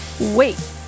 Wait